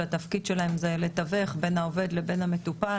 שהתפקיד שלהם הוא לתווך בין העובד לבין המטופל,